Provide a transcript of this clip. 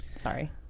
Sorry